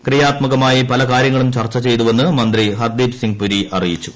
ക്രിയാത്മകമായി പല കാര്യങ്ങളും ചർച്ച ചെയ്തുവെന്ന് മന്ത്രി ഹർദ്ദീപ്സിങ് പുരി അറിയിച്ചു